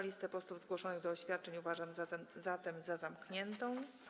Listę posłów zgłoszonych do oświadczeń uważam zatem za zamkniętą.